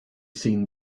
seen